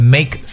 Make